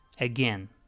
again